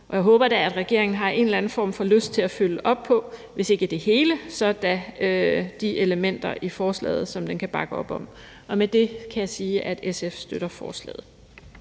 og jeg håber da, at regeringen har en eller anden form for lyst til at følge op på hvis ikke det hele så i hvert fald de elementer i forslaget, som den kan bakke op om. Med det kan jeg sige, at SF støtter forslaget.